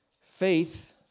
Faith